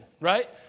right